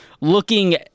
looking